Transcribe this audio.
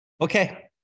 okay